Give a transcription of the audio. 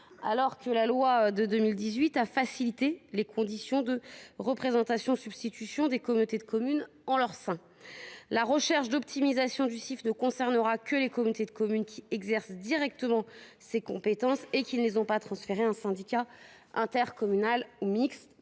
alors que la loi de 2018 a facilité les conditions de représentation et substitution des communautés de communes en leur sein. La recherche d’optimisation du CIF ne concernera que les comités de communes qui exercent directement ces compétences et qui ne les ont pas transférées à un syndicat intercommunal ou mixte.